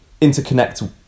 interconnect